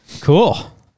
Cool